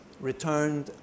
returned